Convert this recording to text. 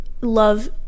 love